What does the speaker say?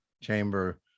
chamber